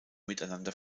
miteinander